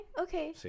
okay